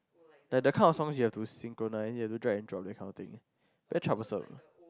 the the kind of songs you have to synchronise you have to drag and drop that kind of thing very troublesome